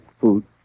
food